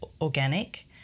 organic